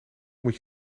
moet